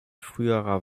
früherer